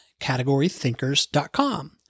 CategoryThinkers.com